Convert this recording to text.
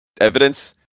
evidence